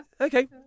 Okay